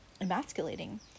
emasculating